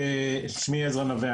שמי עזרא נווה,